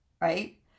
right